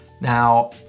Now